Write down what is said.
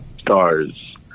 stars